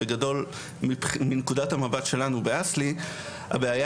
בגדול מנקודת המבט שלנו באסל"י הבעיה